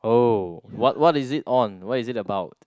oh what what is it on what is it about